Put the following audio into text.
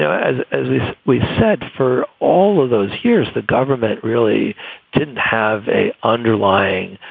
so as as we said, for all of those years, the government really didn't have a underlying